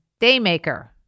daymaker